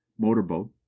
motorboat